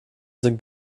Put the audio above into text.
sind